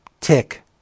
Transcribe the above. tick